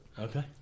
okay